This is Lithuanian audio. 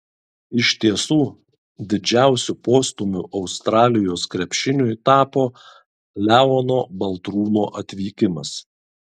iš tiesų didžiausiu postūmiu australijos krepšiniui tapo leono baltrūno atvykimas